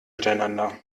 miteinander